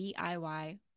DIY